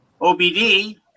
OBD